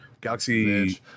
Galaxy